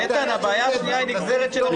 איתן, הבעיה השנייה היא נגזרת של הבעיה הראשונה.